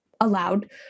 allowed